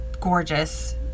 gorgeous